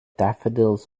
daffodils